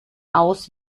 aus